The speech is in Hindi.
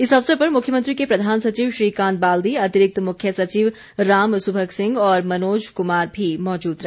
इस अवसर पर मुख्यमंत्री के प्रधान सचिव श्रीकांत बाल्दी अतिरिक्त मुख्य सचिव राम सुभग सिंह और मनोज कुमार भी मौजूद रहे